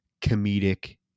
comedic